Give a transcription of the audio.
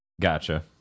Gotcha